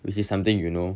which is something you know